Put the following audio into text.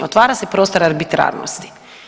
Otvara se prostor arbitrarnosti.